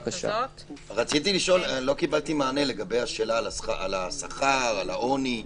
לא קיבלתי מענה על השאלה על השכר, של העוני.